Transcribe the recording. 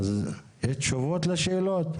יש תשובות לשאלות?